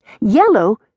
yellow